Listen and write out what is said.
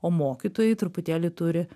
o mokytojai truputėlį turi